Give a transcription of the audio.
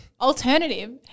alternative